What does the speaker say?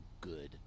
good